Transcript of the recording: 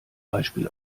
beispiel